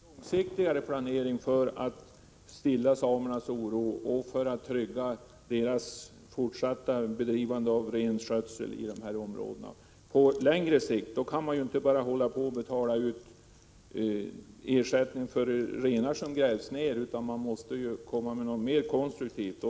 om en långsiktigare planering för att stilla samernas oro och för att trygga deras fortsatta bedrivande av renskötsel i de aktuella områdena? På längre sikt kan man ju inte fortsätta att betala ut ersättning för renar som grävs ner, utan man måste komma med något mer konstruktivt.